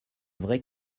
vraie